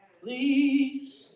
please